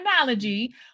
analogy